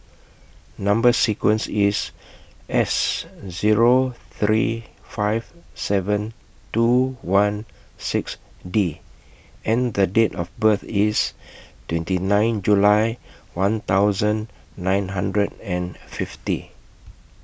Number sequence IS S Zero three five seven two one six D and The Date of birth IS twenty nine July one thousand nine hundred and fifty